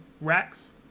racks